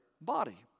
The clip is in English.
body